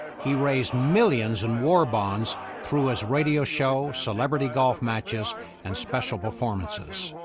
he raised millions in war bonds through his radio show, celebrity golf matches and special performances.